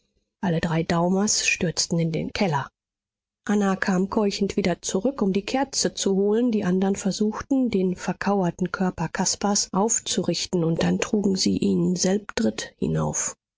alle drei daumers stürzten in den keller anna kam keuchend wieder zurück um die kerze zu holen die andern versuchten den verkauerten körper caspars aufzurichten und dann trugen sie ihn selbdritt hinauf